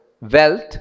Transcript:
wealth